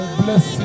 bless